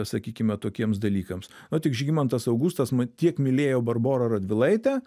sakykime tokiems dalykams o tik žygimantas augustas ma tiek mylėjo barborą radvilaitę